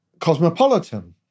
cosmopolitan